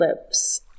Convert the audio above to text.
lips